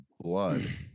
blood